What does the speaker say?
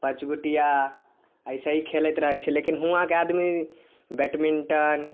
पचगोटिया एहिसे ही खेलैत रहै छियै लेकिन हुवाँके आदमी बैटमिंटन